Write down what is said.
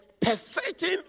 Perfecting